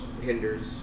hinders